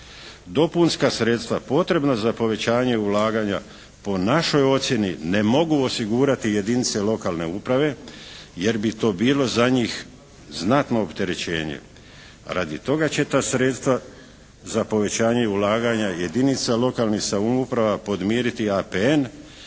Dopunska sredstva potrebna za povećanje ulaganja po našoj ocjeni ne mogu osigurati jedinice lokalne uprave jer bi to bilo za njih znatno opterećenje. Radi toga će ta sredstva za povećanje ulaganja jedinica lokalnih samouprava podmiriti APN